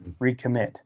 recommit